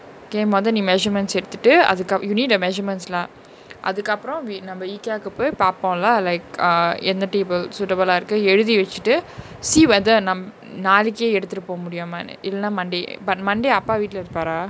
came வந்து நீ:vanthu nee measurement எடுத்துட்டு:eduthutu athuka~ you need the measurements lah அதுகப்ரோ:athukapro we நம்ம:namma eekaa கு போய் பாப்போ:ku poai paapo lah like uh எந்த:entha table suitable ah இருக்கு எழுதி வச்சிட்டு:iruku eluthi vachitu see வந்து:vanthu nam~ நாளைக்கே எடுத்துட்டு போக முடியுமானு இல்லனா:naalaike eduthutu poka mudiyumanu illanaa monday but monday அப்பா வீடல இருப்பாரா:appa veetla irupaaraa